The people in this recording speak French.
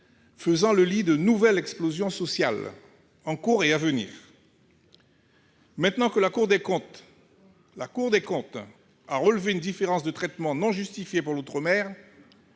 faisant le lit de nouvelles explosions sociales en cours et à venir. Dès lors que la Cour des comptes a relevé une différence de traitement non justifiée à l'égard de